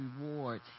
reward